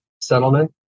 settlement